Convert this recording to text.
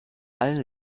allen